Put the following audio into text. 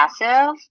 passive